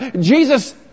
Jesus